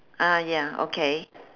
ah ya okay